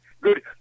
Good